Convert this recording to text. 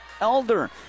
Elder